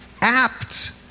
Apt